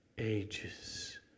Ages